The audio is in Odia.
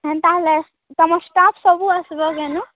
ହେନ୍ତା ହେଲେ ତମ ଷ୍ଟାଫ୍ ସବୁ ଆସିବେ କେନୁ